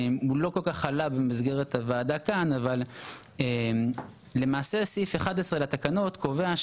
אבל למעשה סעיף 11 לתקנות קובע שהכסף צריך לעבור לצרכי רווחה,